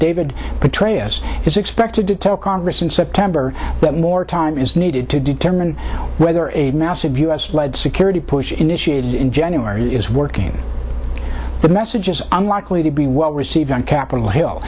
david petraeus is expected to tell congress in september that more time is needed to determine whether a massive u s led security pushed initiated in january is working the message is unlikely to be well received on capitol hill